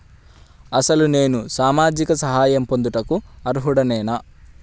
అసలు నేను సామాజిక సహాయం పొందుటకు అర్హుడనేన?